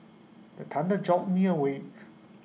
the thunder jolt me awake